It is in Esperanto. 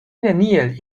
neniel